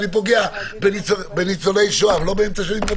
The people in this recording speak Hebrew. אני פוגע בניצולי שואה ובאחרים.